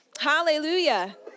Hallelujah